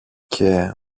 και